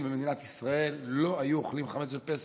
במדינת ישראל לא היו אוכלים חמץ בפסח.